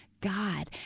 God